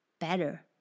better